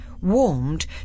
warmed